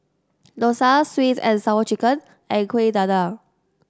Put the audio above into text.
dosa sweet and Sour Chicken and Kueh Dadar